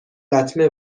لطمه